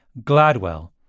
GLADWELL